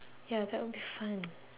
ya that would be fun